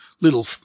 little